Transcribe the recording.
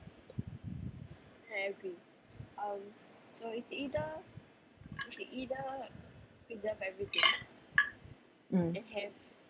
mm